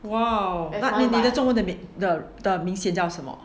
!wow! but 你的中文的名字叫什么